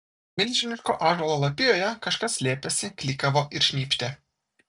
milžiniško ąžuolo lapijoje kažkas slėpėsi klykavo ir šnypštė